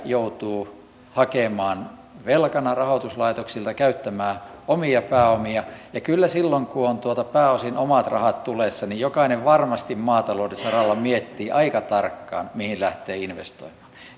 joutuu hakemaan velkana rahoituslaitoksilta käyttämään omia pääomia kyllä silloin kun on pääosin omat rahat tulessa jokainen varmasti maatalouden saralla miettii aika tarkkaan mihin lähtee investoimaan